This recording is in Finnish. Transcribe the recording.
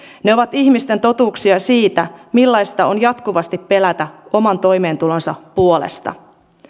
ne ovat ihmisten totuuksia siitä millaista on jatkuvasti pelätä oman toimeentulonsa puolesta